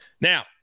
Now –